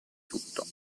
tutto